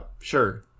sure